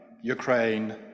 Ukraine